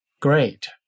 Great